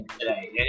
today